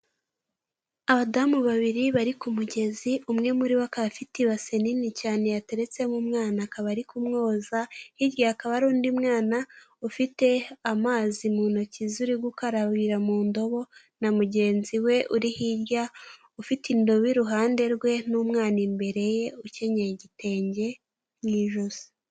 Abadamu babiri bari ku mugezi umwe muri bo akaba afite base n'ini cyane yateretsemo umwana akaba arikumwoza, hirya akaba ari undi mwana ufite amazi mu ntoki ziri gukarabira mu ndobo na mugenzi we uri hirya ufite indobe iruhande rwe n'umwana imbere ye ukenyeye igitenge mu ijosi.